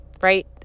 right